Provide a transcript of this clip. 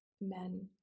men